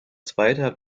zweiter